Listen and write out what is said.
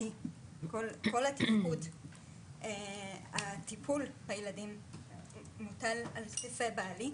המטרה של המרפאות בקהילה זה לא רק לטפל בחולים,